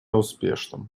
успешным